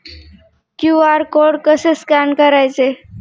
QR code कसे scan करायचे?